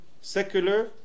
secular